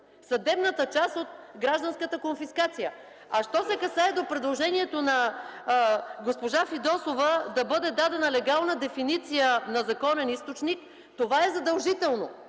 съдебната част от гражданската конфискация. Що се отнася до предложението на госпожа Фидосова – да бъде дадена легална дефиниция на „законен източник”, това е задължително.